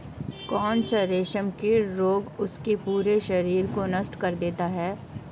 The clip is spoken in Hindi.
कौन सा रेशमकीट रोग उसके पूरे शरीर को नष्ट कर देता है?